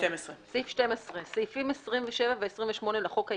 12. "סעיפים 27 ו-28 לחוק העיקרי,